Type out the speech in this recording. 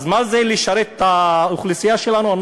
אנחנו יודעים מה זה לשרת את האוכלוסייה שלנו.